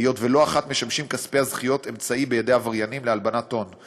היות שלא אחת משמשים כספי הזכיות אמצעי בידי עבריינים להלבנת הון.